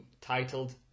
titled